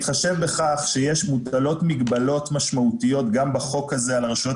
בהתחשב בכך שמוטלות מגבלות משמעותיות גם בחוק הזה על הרשויות